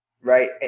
right